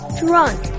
drunk